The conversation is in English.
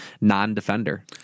non-defender